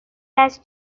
است